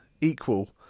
equal